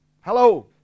Hello